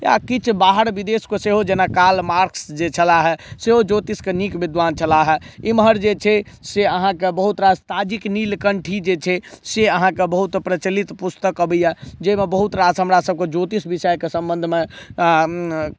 या किछु बाहर विदेशके सेहो जेना काल मार्क्स जे छलाह सेहो ज्योतिषके नीक विद्वान छलाह इम्हर जे छै से बहुत अहाँकेँ बहुत रास ताजिक नीलकण्ठी जे छै से अहाँकेँ बहुत प्रचलित पुस्तक अबैया जाहिमे बहुत रास हमरा सभकेँ ज्योतिष विषयकेँ सम्बन्धमे